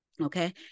okay